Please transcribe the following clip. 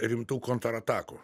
rimtų kontratakų